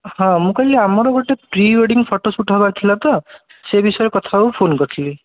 ହଁ ମୁଁ କହିଲି ଆମର ଗୋଟିଏ ପ୍ରି ୱେଡ଼ିଙ୍ଗ୍ ଫୋଟୋସୁଟ୍ ହେବାର ଥିଲା ତ ସେ ବିଷୟରେ କଥା ହେବାକୁ ଫୋନ୍ କରିଥିଲି